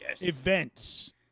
events